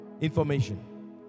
Information